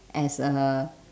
as a